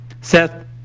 Seth